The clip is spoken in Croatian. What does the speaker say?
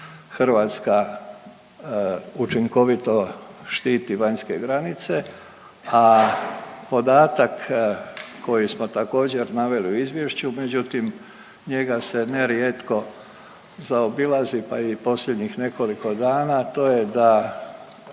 Hrvatska učinkovito štiti vanjske granice, a podatak koji smo također naveli u izvješću međutim njega se nerijetko zaobilazi, pa i posljednjih nekoliko dana, a to je da